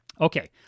Okay